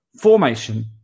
formation